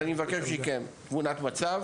אז אני מבקש מכם תמונת מצב